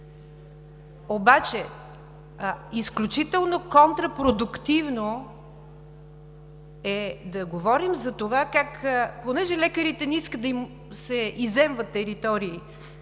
Обаче изключително контрапродуктивно е да говорим за това понеже лекарите не искат да им се изземват територии,